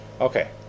Okay